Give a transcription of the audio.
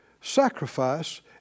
sacrifice